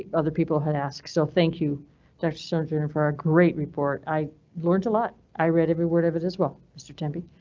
other people had asked, so thank you there surgeon for a great report. i learned alot. i read every word of it as well mr tempe.